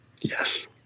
Yes